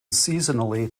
seasonally